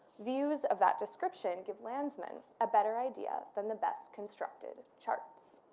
views of that description give landsman a better idea than the best constructed charts.